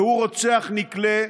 והוא רוצח נקלה,